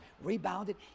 rebounded